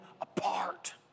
apart